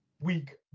week